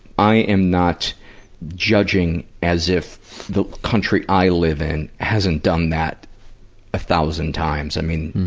i am not judging, as if the country i live in hasn't done that a thousand times. i mean,